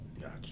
Gotcha